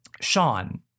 Sean